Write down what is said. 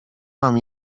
mam